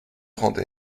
trente